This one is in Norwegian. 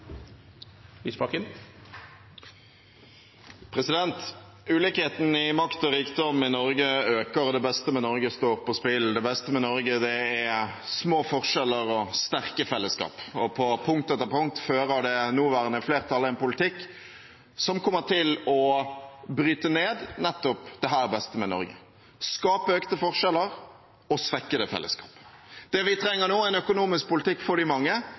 sterke fellesskap. På punkt etter punkt fører det nåværende flertallet en politikk som kommer til å bryte ned nettopp dette, det beste med Norge – skape økte forskjeller og svekke det fellesskapet. Det vi trenger nå, er en økonomisk politikk for de mange,